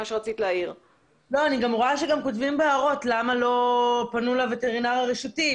אני רואה שכותבים בהערות: למה לא פנו לווטרינר הרשותי?